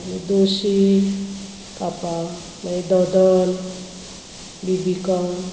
मागीर दोशी कापां मागीर दोदल बी बीकम